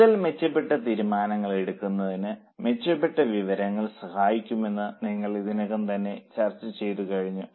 കൂടുതൽ മെച്ചപ്പെട്ട തീരുമാനങ്ങൾ എടുക്കുന്നതിന് മെച്ചപ്പെട്ട വിവരങ്ങൾ സഹായിക്കുമെന്ന് നമ്മൾ ഇതിനകം ചർച്ച ചെയ്ത് കഴിഞ്ഞു